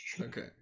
okay